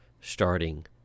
Starting